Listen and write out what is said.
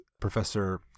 Professor